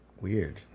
weird